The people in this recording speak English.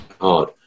hard